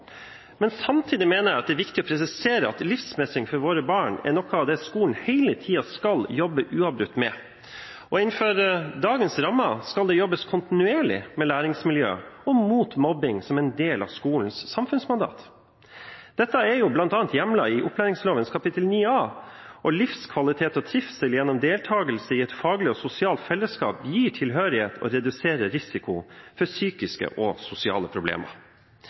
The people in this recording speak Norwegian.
Samtidig mener jeg at det er viktig å presisere at livsmestring for våre barn er noe av det skolen hele tiden skal jobbe med. Innenfor dagens rammer skal det jobbes kontinuerlig med læringsmiljø og mot mobbing som en del av skolens samfunnsmandat. Dette er bl.a. hjemlet i opplæringsloven kapittel 9a, og livskvalitet og trivsel gjennom deltagelse i et faglig og sosialt fellesskap gir tilhørighet og reduserer risiko for psykiske og sosiale problemer.